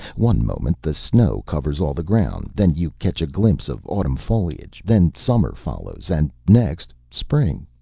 one moment the snow covers all the ground, then you catch a glimpse of autumn foliage, then summer follows, and next spring.